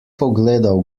pogledal